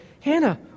Hannah